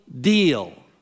deal